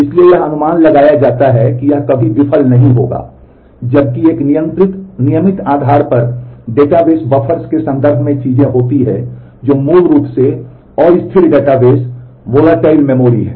इसलिए यह अनुमान लगाया जाता है कि यह कभी विफल नहीं होगा जबकि एक नियमित आधार पर डेटाबेस बफ़र्स के संदर्भ में चीजें होती हैं जो मूल रूप से अस्थिर डेटाबेस परिवर्तनशील मेमोरी हैं